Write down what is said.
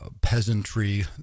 peasantry